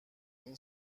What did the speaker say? این